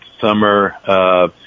summer